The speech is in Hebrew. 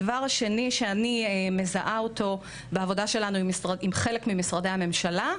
את החסם השני אני מזהה בעבודה שלנו עם חלק ממשרדי הממשלה,